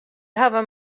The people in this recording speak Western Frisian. hawwe